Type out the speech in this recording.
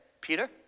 Peter